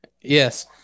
yes